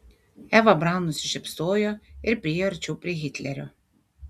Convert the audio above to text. eva braun nusišypsojo ir priėjo arčiau prie hitlerio